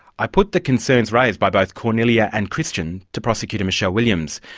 i put the concerns raised by both kornelia and christian to prosecutor michele williams.